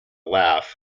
laugh